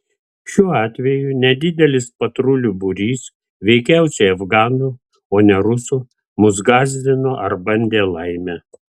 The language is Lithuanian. šiuo atveju nedidelis patrulių būrys veikiausiai afganų o ne rusų mus gąsdino ar bandė laimę